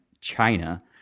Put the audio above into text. China